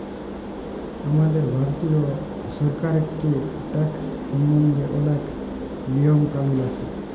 আমাদের ভারতীয় সরকারেল্লে ট্যাকস সম্বল্ধে অলেক লিয়ম কালুল আছে